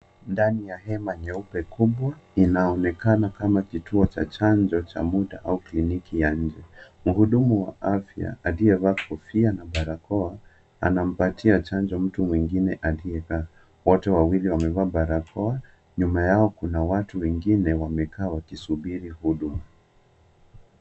Ndani ya hema nyeupe kubwa inaonekana kama kituo cha chanjo cha muda au kliniki ya nje. Mhudumu wa afya aliyevaa kofia na barakoa anampatia chanjo mtu mwengine aliyekaa. Wote wawili wamevaa barakoa nyuma yao kuna watu wengine wamekaa wakisubiri huduma.